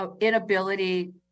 inability